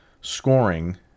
scoring